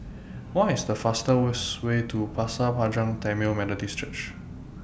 What IS The fastest Way to Pasir Panjang Tamil Methodist Church